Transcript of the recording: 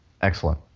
Excellent